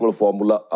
formula